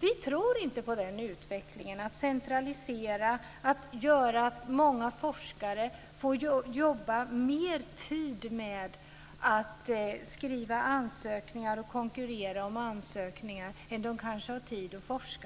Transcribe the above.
Vi tror inte på den utvecklingen; att centralisera, att se till att många forskare får jobba mer med att skriva ansökningar och konkurrera om ansökningar än de kanske har tid att forska.